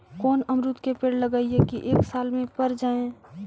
कोन अमरुद के पेड़ लगइयै कि एक साल में पर जाएं?